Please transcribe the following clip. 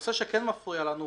הנושא שכן מפריע לנו,